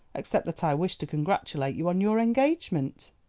except that i wished to congratulate you on your engagement.